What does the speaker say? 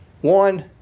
One